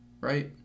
Right